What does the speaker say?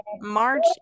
March